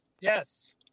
Yes